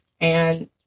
And-